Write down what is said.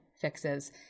fixes